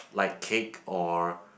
like cake or